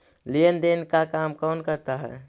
लेन देन का काम कौन करता है?